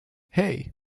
hey